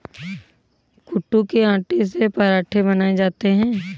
कूटू के आटे से पराठे बनाये जाते है